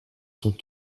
sont